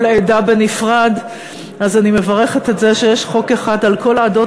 עדה בנפרד אני מברכת על זה שיש חוק אחד לכל עדות